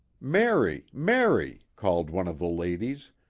mary, mary, called one of the ladies,